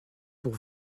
pour